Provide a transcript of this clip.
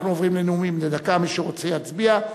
אנחנו עוברים לנאומים בני דקה, מי שרוצה יצביע.